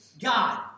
God